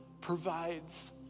provides